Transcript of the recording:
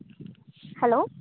hello